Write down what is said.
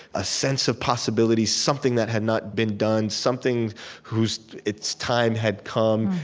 a sense of possibility, something that had not been done, something whose its time had come.